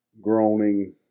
groaning